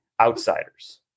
outsiders